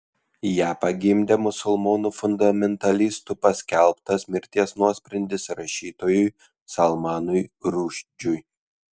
ją pagimdė musulmonų fundamentalistų paskelbtas mirties nuosprendis rašytojui salmanui rušdžiui